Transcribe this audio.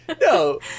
no